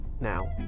now